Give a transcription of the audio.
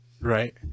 Right